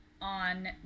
on